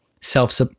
self